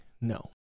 no